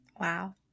Wow